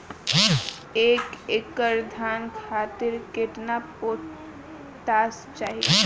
एक एकड़ धान खातिर केतना पोटाश चाही?